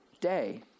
day